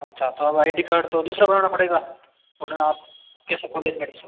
अच्छा तो अब आई डी कार्ड तो दूसरा बनाना पड़ेगा वरना आप कैसे कॉलेज में एडमिशन लोगे